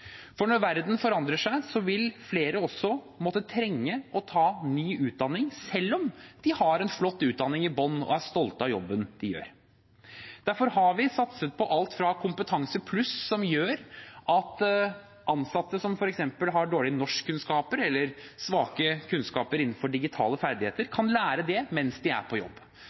for når verden forandrer seg, vil flere også måtte trenge å ta ny utdanning selv om de har en flott utdanning i bunn og er stolte av jobben de gjør. Derfor har vi satset på alt fra Kompetansepluss, som gjør at ansatte som f.eks. har dårlige norskkunnskaper eller svake kunnskaper innenfor digitale ferdigheter, kan lære det mens de er på jobb.